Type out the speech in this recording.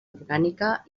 orgànica